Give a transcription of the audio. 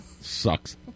Sucks